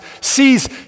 sees